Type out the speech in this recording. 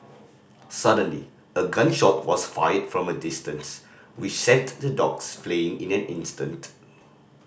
suddenly a gun shot was fired from a distance which sent the dogs fleeing in an instant